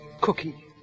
Cookie